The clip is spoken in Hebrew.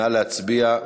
נא להצביע.